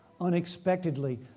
Unexpectedly